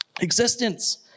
existence